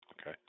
Okay